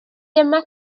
yma